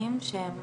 לספורטאים שהם